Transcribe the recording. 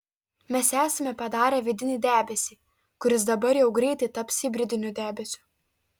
mes esame padarę vidinį debesį kuris dabar jau greitai taps hibridiniu debesiu